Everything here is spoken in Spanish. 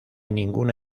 ninguna